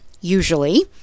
usually